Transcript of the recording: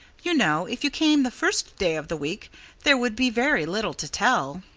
you know, if you came the first day of the week there would be very little to tell.